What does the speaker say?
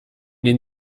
den